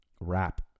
wrap